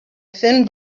thin